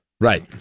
right